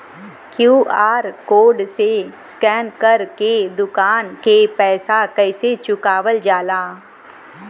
QR code से scan कर के दुकान के पैसा कैसे चुकावल जाला?